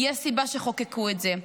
יש סיבה שחוקקו את זה.